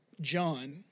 John